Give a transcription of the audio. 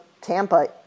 Tampa